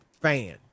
fan